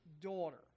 daughter